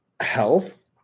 Health